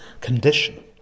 condition